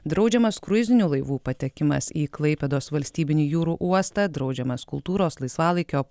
draudžiamas kruizinių laivų patekimas į klaipėdos valstybinį jūrų uostą draudžiamas kultūros laisvalaikio